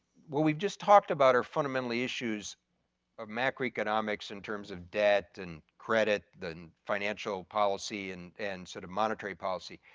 what we just talked about are fundamental issues of macroeconomics in terms of debt and credit then financial policy and and sort of monetary policy,